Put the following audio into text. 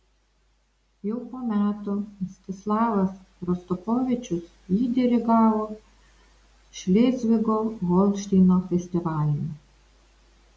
jau po metų mstislavas rostropovičius jį dirigavo šlėzvigo holšteino festivalyje